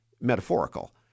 metaphorical